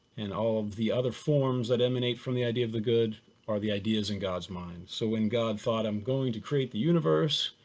and all the other forms that emanate from the idea of the good are the ideas in god's mind. so when god thought, i'm going to create the universe,